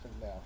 now